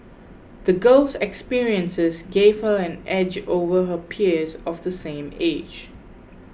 the girl's experiences gave her an edge over her peers of the same age